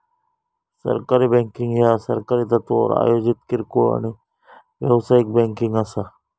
सहकारी बँकिंग ह्या सहकारी तत्त्वावर आयोजित किरकोळ आणि व्यावसायिक बँकिंग असा